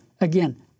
again